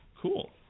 Cool